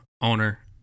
owner